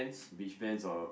beach pants or